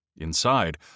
Inside